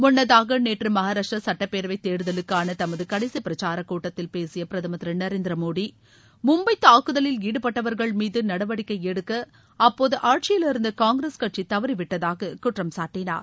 முன்னதாக நேற்று மகாராஷ்ட்ர சட்டப்பேரவை தேர்தலுக்கான தமது கடைசி பிரச்சாரக்கூட்டத்தில் பேசிய பிரதமர் திரு நரேந்திர மோடி மும்பை தாக்குதலில் ஈடுபட்டவர்கள் மீது நடவடிக்கை எடுக்க அப்போது ஆட்சியில் இருந்த காங்கிரஸ் கட்சி தவறி விட்டதாக குற்றம் சாட்டினார்